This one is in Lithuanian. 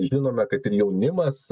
žinome kad ir jaunimas